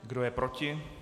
Kdo je proti?